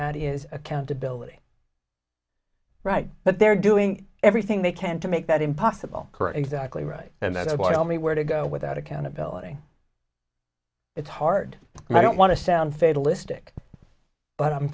that is accountability right but they're doing everything they can to make that impossible for exactly right and that i thought only where to go without accountability it's hard i don't want to sound fatalistic but i'm